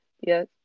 Yes